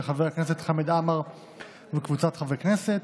של חבר הכנסת חמד עמאר וקבוצת חברי הכנסת,